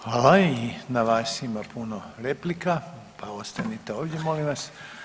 Hvala i na vas ima puno replika, pa ostanite ovdje molim vas.